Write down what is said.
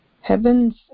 Heaven's